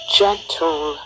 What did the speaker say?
gentle